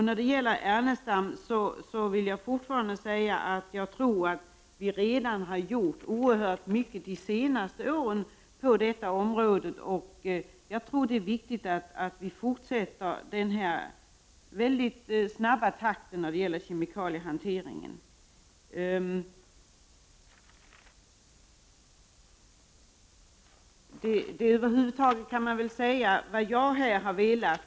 När det gäller Lars Ernestams påstående vidhåller jag att jag tror att man under de senaste åren gjort oerhört mycket på detta område, och jag tycker att det är viktigt att vi fortsätter att hålla den snabba takten när det gäller kemikaliehanteringsfrågor.